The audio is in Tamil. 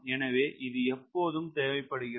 எனவே இது எப்போதும் தேவைப்படுகிறது